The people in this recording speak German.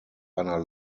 einer